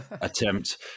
attempt